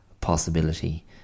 possibility